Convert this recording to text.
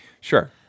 Sure